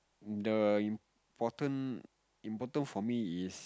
the important important for me is